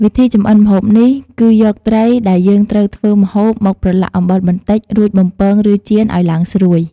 វិធីចម្អិនម្ហូបនេះ គឺយកត្រីដែលយើងត្រូវធ្វើម្ហូបមកប្រឡាក់អំបិលបន្តិច រួចបំពងឬចៀនឲ្យឡើងស្រួយ។